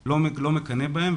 לא מקנא בהם.